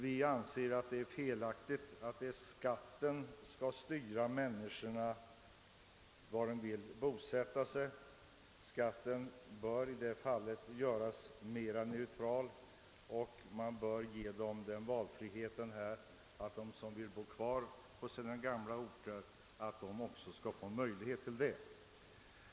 Vi anser att det är felaktigt att skatten skall styra människornas val av bostadsort. Skatten bör i det fallet göras mera neutral, och man bör ge människorna den valfriheten att de som vill bo kvar på sina gamla bostadsorter också skall få möjlighet till det.